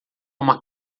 uma